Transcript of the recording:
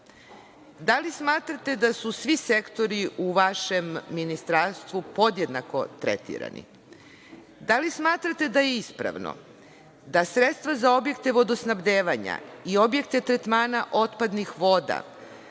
Da li smatrate da su svi sektori u vašem ministarstvu podjednako tretirani? Da li smatrate da je ispravno da sredstva za objekte vodosnabdevanja i objekte tretmana otpadnih voda,